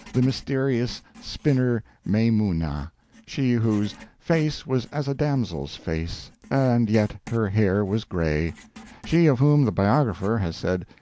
the mysterious spinner maimuna she whose face was as a damsel's face, and yet her hair was gray she of whom the biographer has said,